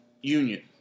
union